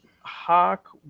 Hawk